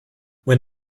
when